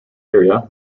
area